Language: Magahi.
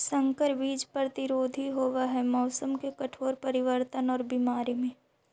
संकर बीज प्रतिरोधी होव हई मौसम के कठोर परिवर्तन और बीमारी में